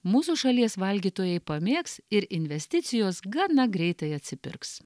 mūsų šalies valgytojai pamėgs ir investicijos gana greitai atsipirks